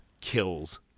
kills